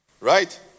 right